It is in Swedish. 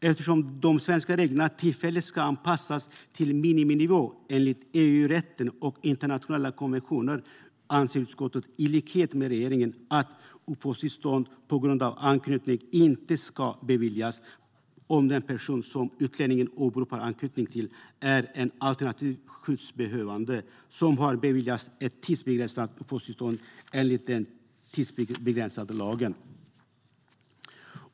Eftersom de svenska reglerna tillfälligt ska anpassas till miniminivån enligt EU-rätten och internationella konventioner anser utskottet i likhet med regeringen att uppehållstillstånd på grund av anknytning inte ska beviljas om den person som utlänningen åberopar anknytning till är en alternativt skyddsbehövande som har beviljats ett tidsbegränsat uppehållstillstånd enligt den tidsbegränsade lagen.